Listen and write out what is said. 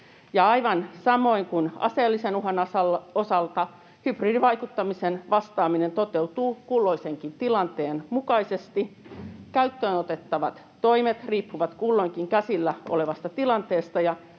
aivan samoin kuin aseellisen uhan osalta, hybridivaikuttamiseen vastaaminen toteutuu kulloisenkin tilanteen mukaisesti. Käyttöön otettavat toimet riippuvat kulloinkin käsillä olevasta tilanteesta,